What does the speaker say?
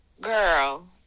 Girl